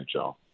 NHL